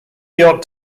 york